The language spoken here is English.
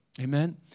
Amen